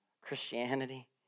Christianity